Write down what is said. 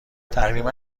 تقریبا